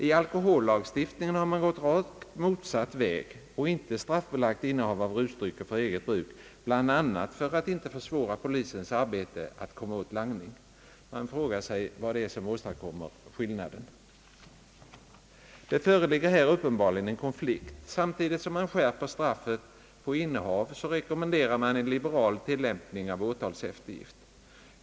I alkohollagstiftningen har man gått rakt motsatt väg och inte straffbelagt innehav av rusdrycker för eget bruk, bl.a. för att inte försvåra polisens arbete att komma åt langning. Man frågar sig vad det är som åstadkommer skillnaden. Det föreligger här uppenbarligen en konflikt. Samtidigt som man skärper straffet på innehav, rekommenderar man en liberal tillämpning av åtalseftergift.